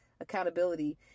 accountability